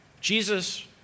Jesus